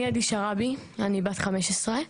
שרעבי, אני בת 15,